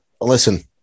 Listen